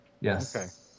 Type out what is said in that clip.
Yes